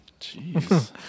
Jeez